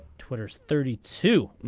twitter's thirty two